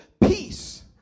peace